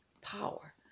power